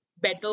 better